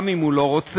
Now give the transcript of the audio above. גם אם הוא לא רוצה,